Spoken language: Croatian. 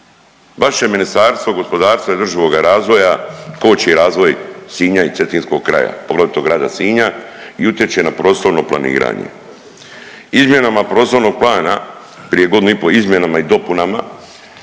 Vaše Ministarstvo gospodarstva i održivoga razvoja koči razvoj Sinj i cetinskog kraja, poglavito Grada Sinja i utječe na prostorno planiranje. Izmjenama prostornog plana prije godinu i po', izmjenama i dopunama